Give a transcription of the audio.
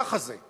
ככה זה.